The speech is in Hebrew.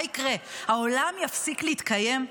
מה יקרה, העולם יפסיק להתקיים?